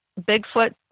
Bigfoot